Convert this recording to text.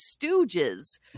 stooges